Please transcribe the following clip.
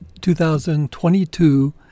2022